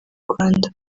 rwanda